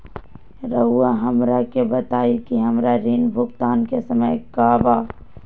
रहुआ हमरा के बताइं कि हमरा ऋण भुगतान के समय का बा?